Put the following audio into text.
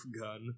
gun